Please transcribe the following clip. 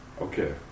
Okay